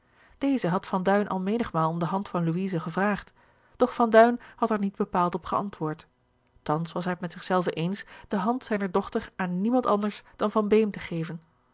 deze had van duin al menigmaal om de hand van louise gevraagd doch van duin had er niet bepaald op geantwoord thans was hij het met zichzelven eens de hand zijner dochter aan niemand anders dan van beem te geven